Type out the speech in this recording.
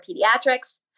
pediatrics